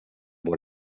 var